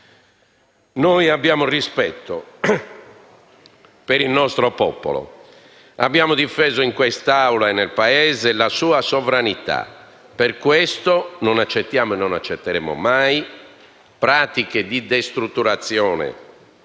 Noi abbiamo rispetto per il nostro popolo. Abbiamo difeso in quest'Aula e nel Paese la sua sovranità. Per questo non accettiamo e non accetteremo mai pratiche di destrutturazione